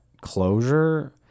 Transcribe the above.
closure